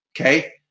Okay